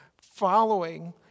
Following